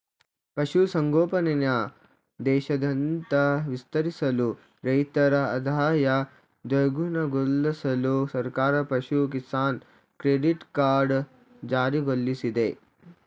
ಪಶು ಸಂಗೋಪನೆನ ದೇಶಾದ್ಯಂತ ವಿಸ್ತರಿಸಲು ರೈತರ ಆದಾಯ ದ್ವಿಗುಣಗೊಳ್ಸಲು ಸರ್ಕಾರ ಪಶು ಕಿಸಾನ್ ಕ್ರೆಡಿಟ್ ಕಾರ್ಡ್ ಜಾರಿಗೊಳ್ಸಿದೆ